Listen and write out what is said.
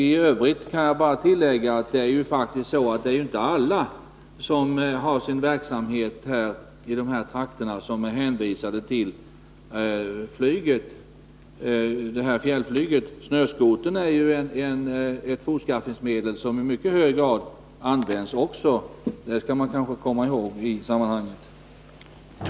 T övrigt vill jag bara tillägga att det faktiskt är så, att det inte är alla som har sin verksamhet i de här trakterna som är hänvisade till fjällflyget. Snöskotern är ett fortskaffningsmedel som också i mycket hög grad används. Det skall man kanske komma i håg i det här sammanhanget.